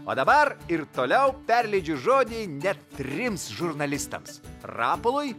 o dabar ir toliau perleidžiu žodį net trims žurnalistams rapolui